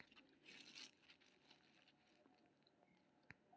corporate आयकर के आर्थिक विकास पर सांख्यिकीय रूप सं महत्वपूर्ण असर पड़ै छै